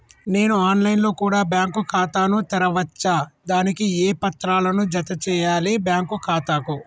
నేను online లో కూడా బ్యాంకు ఖాతా ను తెరవ వచ్చా? దానికి ఏ పత్రాలను జత చేయాలి బ్యాంకు ఖాతాకు?